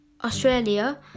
...Australia